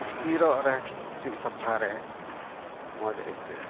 ᱤᱥᱠᱤᱨᱚᱜ ᱨᱮ ᱠᱤᱪᱨᱤᱡ ᱥᱟᱯᱷᱟ ᱨᱮ ᱢᱚᱡᱽ ᱟᱹᱭᱠᱟᱹᱜᱼᱟ